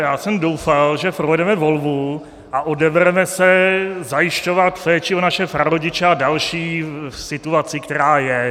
Já jsem doufal, že provedeme volbu a odebereme se zajišťovat péči o naše prarodiče a další v situaci, která je.